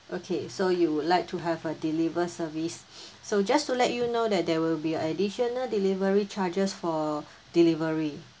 okay so you would like to have a deliver service so just to let you know that there will be additional delivery charges for delivery